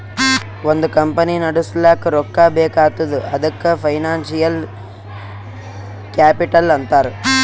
ಒಂದ್ ಕಂಪನಿ ನಡುಸ್ಲಾಕ್ ರೊಕ್ಕಾ ಬೇಕ್ ಆತ್ತುದ್ ಅದಕೆ ಫೈನಾನ್ಸಿಯಲ್ ಕ್ಯಾಪಿಟಲ್ ಅಂತಾರ್